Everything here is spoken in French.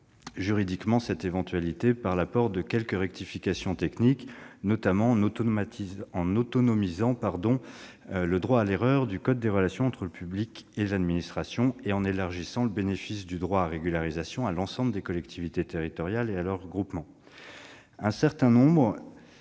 juridiquement cette éventualité par l'apport de quelques rectifications techniques, notamment en autonomisant le droit à l'erreur du code des relations entre le public et l'administration et en élargissant le bénéfice du droit à régularisation à l'ensemble des collectivités territoriales et à leurs groupements. Un certain nombre